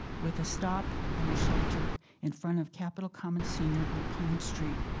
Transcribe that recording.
with a stop and a shelter in front of capital commons senior on pine street.